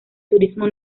turismo